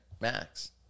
max